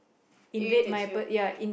irritates you